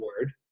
word